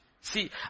See